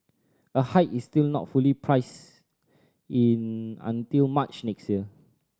a hike is still not fully priced in until March next year